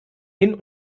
hin